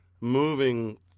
moving